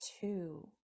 two